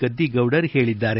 ಗದ್ದಿಗೌಡರ್ ಹೇಳದ್ದಾರೆ